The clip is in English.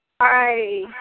Hi